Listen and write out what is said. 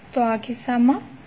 તો આ કિસ્સામાં શું હશે